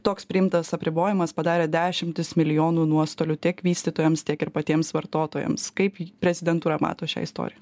toks priimtas apribojimas padarė dešimtis milijonų nuostolių tiek vystytojams tiek ir patiems vartotojams kaip prezidentūra mato šią istoriją